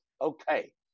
Okay